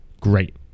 Great